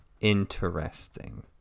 interesting